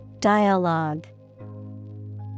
Dialogue